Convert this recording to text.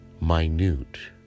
minute